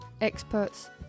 experts